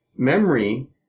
Memory